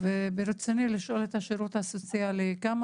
ברצוני לשאול את השירות הסוציאלי: כמה